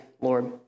Lord